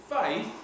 faith